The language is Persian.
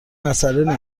مسئله